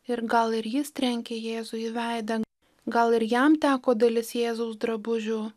ir gal ir jis trenkė jėzui į veidą gal ir jam teko dalis jėzaus drabužių